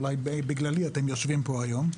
אולי בגללי אתם יושבים פה היום.